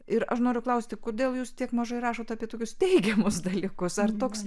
ir aš noriu klausti kodėl jūs tiek mažai rašote apie tokius teigiamus dalykus ar toks